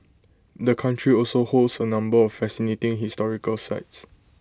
the country also holds A number of fascinating historical sites